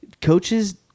Coaches